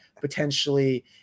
potentially